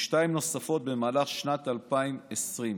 ושתיים נוספות במהלך שנת 2020,